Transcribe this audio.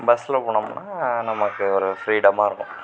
பஸ்ஸில் போனோம்னால் நமக்கு ஒரு ஃப்ரீடமாக இருக்கும்